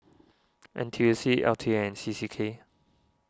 N T U C L T A and C C K